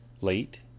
late